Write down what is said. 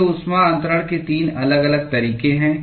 ये ऊष्मा अन्तरण के 3 अलग अलग तरीके हैं